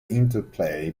interplay